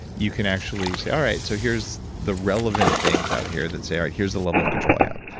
you can actually say, all right, so here's the relevant things out here that say all right, here's the level of control i have.